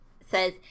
says